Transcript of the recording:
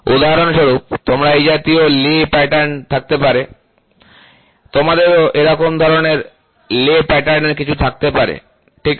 উদাহরণ স্বরূপ তোমার এই জাতীয় লে প্যাটার্ন থাকতে পারে তোমাদেরও এরকম ধরনের লে প্যাটার্নের কিছু থাকতে পারে ঠিক আছে